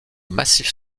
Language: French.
massif